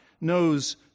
knows